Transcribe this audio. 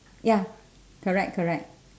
ya correct correct